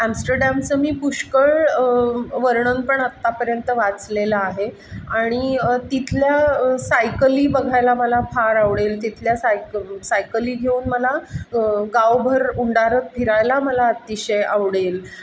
ॲम्स्टरडॅमचं मी पुष्कळ वर्णन पण आत्तापर्यंत वाचलेलं आहे आणि तिथल्या सायकली बघायला मला फार आवडेल तिथल्या सायक सायकली घेऊन मला गावभर उंडारत फिरायला मला अतिशय आवडेल